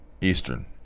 Eastern